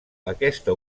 aquesta